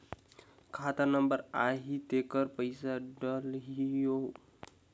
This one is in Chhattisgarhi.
खाता नंबर आही तेकर पइसा डलहीओ?